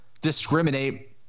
discriminate